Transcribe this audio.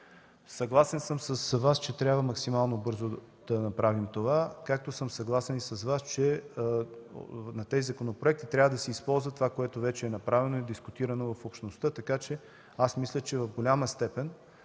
Съгласен съм с Вас, че трябва максимално бързо да направим това, както съм съгласен с Вас, че на тези законопроекти трябва да се използва това, което вече е направено и дискутирано в общността, така че аз мисля, че подготвяйки,